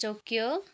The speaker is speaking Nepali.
टोकियो